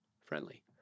friendly